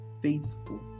faithful